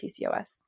PCOS